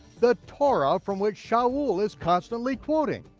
the torah from which saul is constantly quoting.